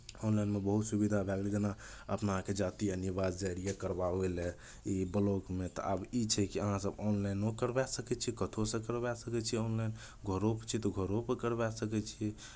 ऑनलाइनमे बहुत सुविधा भए गेलै जेना अपनाके जाति अनिवार्य जाइ रहियै करवाबै लए ई ब्लॉकमे तऽ आब ई छै कि अहाँसभ ऑनलाइनो करवाए सकै छियै कतहुसँ करवाए सकै छियै ऑनलाइन घरोपर छी तऽ घरोपर करवाए सकै छी